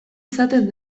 izaten